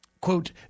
Quote